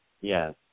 Yes